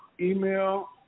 Email